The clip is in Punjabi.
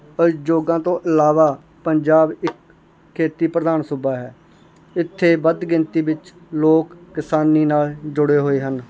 ਉਦਯੋਗਾਂ ਤੋਂ ਇਲਾਵਾ ਪੰਜਾਬ ਇੱਕ ਖੇਤੀ ਪ੍ਰਧਾਨ ਸੂਬਾ ਹੈ ਇੱਥੇ ਵੱਧ ਗਿਣਤੀ ਵਿੱਚ ਲੋਕ ਕਿਸਾਨੀ ਨਾਲ ਜੁੜੇ ਹੋਏ ਹਨ